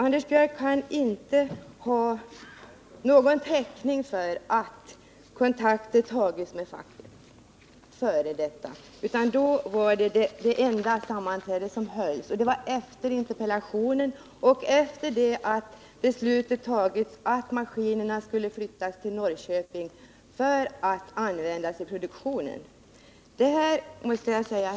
Anders Björck kan inte ha någon täckning för att påstå att kontakter tagits med facket före detta möte. Det var det enda sammanträde som hölls. Det var alltså efter framställandet av interpellationen och efter det att beslutet fattats att maskinerna skulle flyttas till Norrköping för att användas i produktionen. Herr talman!